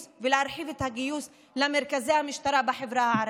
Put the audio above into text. ולהרחיב את הגיוס למרכזי המשטרה בחברה הערבית.